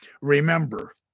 Remember